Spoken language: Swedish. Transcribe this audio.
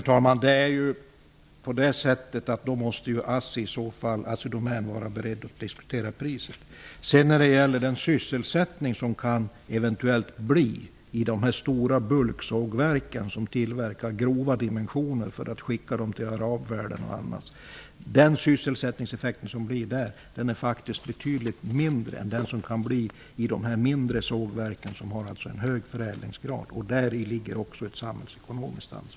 Herr talman! Då måste Assidomän vara beredd att diskutera priset. Den sysselsättningseffekt som eventuellt kan uppstå i de stora bulksågverken, som tillverkar grova dimensioner som skickas till arabvärlden, är betydligt mindre än den som kan uppstå i de mindre sågverken med en hög förädlingsgrad. Däri ligger ett samhällsekonomiskt ansvar.